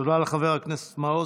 תודה לחבר הכנסת מעוז.